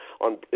on